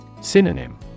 Synonym